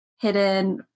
Hidden